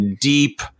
deep